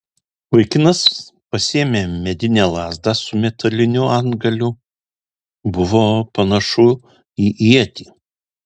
vaikinas pasiėmė medinę lazdą su metaliniu antgaliu buvo panašu į ietį